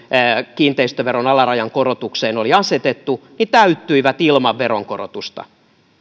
kiinteistöveron alarajan korotukseen oli asetettu täyttyivät ilman veronkorotusta